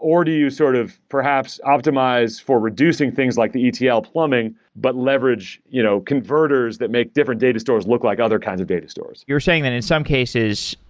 you sort of perhaps optimize for reducing things like the etl plumbing but leverage you know converters that make different data stores look like other kinds of data stores? you're saying that in some cases,